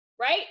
right